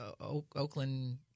Oakland